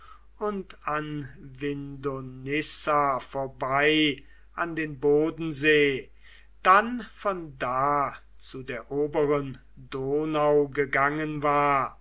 und an vindonissa vorbei an den bodensee dann von da zu der oberen donau gegangen war